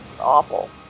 awful